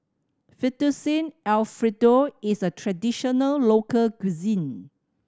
Fettuccine Alfredo is a traditional local cuisine